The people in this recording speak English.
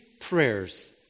prayers